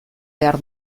behar